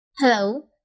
Hello